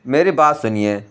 میری بات سُنیے